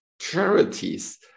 charities